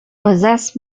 possess